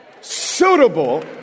suitable